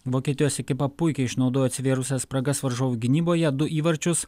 vokietijos ekipa puikiai išnaudojo atsivėrusias spragas varžovų gynyboje du įvarčius